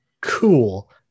Cool